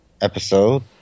episode